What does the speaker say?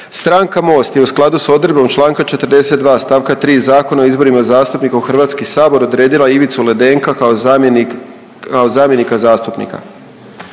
stranka Most je u skladu s odredbom čl. 42. st. 3. Zakona o izborima zastupnika u HS odredila Ivicu Ledenka kao zamjenika zastupnika.